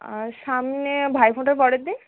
আর সামনে ভাইফোঁটার পরের দিন